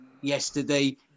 yesterday